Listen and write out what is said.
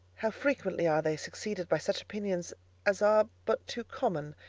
how frequently are they succeeded by such opinions as are but too common,